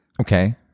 Okay